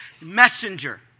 messenger